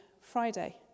Friday